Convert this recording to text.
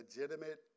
legitimate